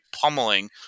pummeling